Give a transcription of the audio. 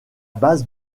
base